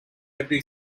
every